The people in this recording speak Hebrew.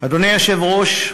אדוני היושב-ראש,